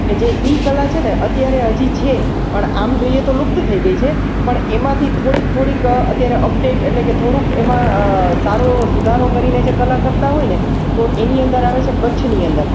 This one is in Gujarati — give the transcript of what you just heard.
કે જે એ કલા છેને અત્યારે હજી છે પણ આમ જોઈએ તો લુપ્ત થઈ ગઈ છે પણ એમાંથી થોડીક થોડીક અત્યારે અપડેટ એટલે કે થોડુંક એમાં સારો એવો સુધારો કરીને જે કલા કરતાં હોયને તો એની અંદર આવે છે કચ્છની અંદર